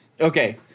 okay